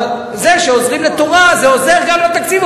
אבל זה שעוזרים לתורה, זה עוזר גם לתקציב.